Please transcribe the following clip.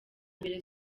mbere